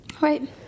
Right